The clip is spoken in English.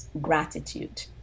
gratitude